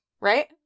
Right